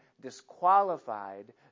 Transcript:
disqualified